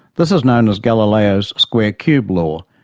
this is known as galileo's square-cube law,